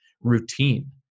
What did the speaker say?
routine